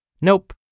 Nope